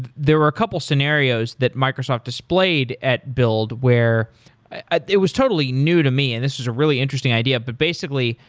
there are a couple of scenarios that microsoft displayed at build where it was totally new to me and this is a really interesting idea. but basically,